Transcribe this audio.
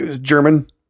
German